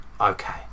okay